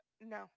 No